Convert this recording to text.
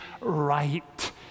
right